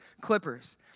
Clippers